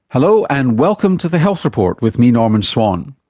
hello and welcome to the health report with me, norman swan.